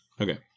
Okay